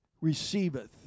receiveth